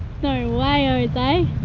no why ah jose.